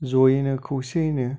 ज'यैनो खौसेयैनो